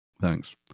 Thanks